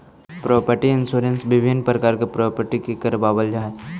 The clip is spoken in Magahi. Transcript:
प्रॉपर्टी इंश्योरेंस विभिन्न प्रकार के प्रॉपर्टी के करवावल जाऽ हई